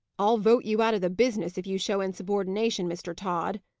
i'll vote you out of the business, if you show insubordination, mr. tod,